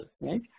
right